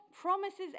promises